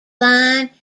line